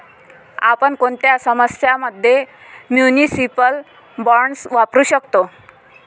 आपण कोणत्या समस्यां मध्ये म्युनिसिपल बॉण्ड्स वापरू शकतो?